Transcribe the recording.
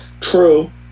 True